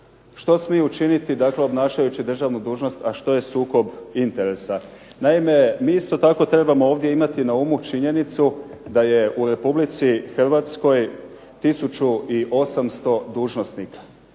što smiju činiti obnašajući državnu dužnost, a što je sukob interesa. Naime, mi isto tako trebamo ovdje imati na umu činjenicu da je u RH 1800 dužnosnika